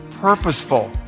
purposeful